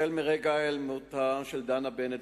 מרגע היעלמותה של דנה בנט,